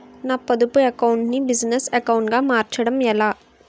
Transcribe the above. నా పొదుపు అకౌంట్ నీ బిజినెస్ అకౌంట్ గా మార్చడం ఎలా?